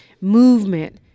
movement